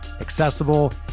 accessible